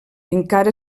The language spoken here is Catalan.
encara